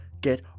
get